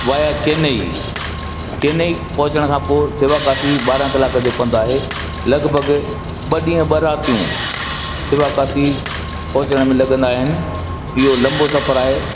via Chennai Chennai पोहचण खां पोइ शिवकाशी ॿारहं कलाक जो पंध आहे लॻभॻि ॿ ॾींह ॿ रातियूं शिवकाशी पोहचण में लगंदा आहिनि इहो लंबो सफ़र आहे